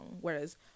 Whereas